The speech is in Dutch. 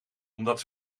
omdat